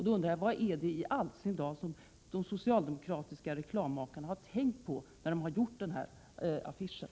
Då undrar jag vad i all sin dar de socialdemokratiska reklammakarna har tänkt på när de gjort dessa affischer.